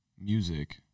music